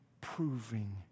proving